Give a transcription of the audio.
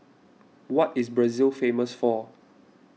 what is Brazil famous for